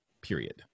period